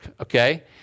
okay